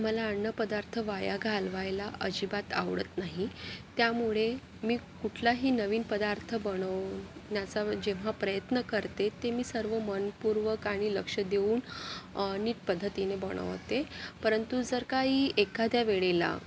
मला अन्नपदार्थ वाया घालवायला अजिबात आवडत नाही त्यामुळे मी कुठलाही नवीन पदार्थ बनवण्याचा जेव्हा प्रयत्न करते ते मी सर्व मनपूर्वक आणि लक्ष देऊन नीट पद्धतीने बनवते परंतु जर काही एखाद्या वेळेला